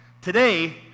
Today